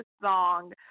song